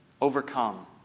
overcome